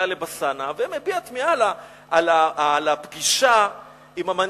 טלב אלסאנע ומביע תמיהה על הפגישה עם המנהיג,